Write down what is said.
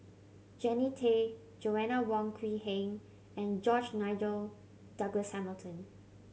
Jannie Tay Joanna Wong Quee Heng and George Nigel Douglas Hamilton